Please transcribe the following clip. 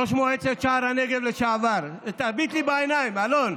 ראש מועצת שער הנגב לשעבר, תביט לי בעיניים, אלון.